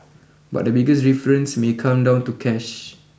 but the biggest difference may come down to cash